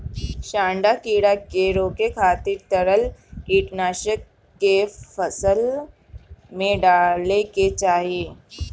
सांढा कीड़ा के रोके खातिर तरल कीटनाशक के फसल में डाले के चाही